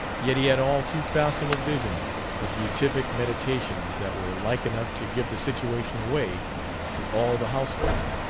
yet he had all too facile a vision of beatific meditations that were like enough to give the situation away to all the household